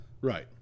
Right